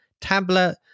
tablet